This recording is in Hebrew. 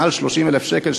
מעל 30,000 שקל,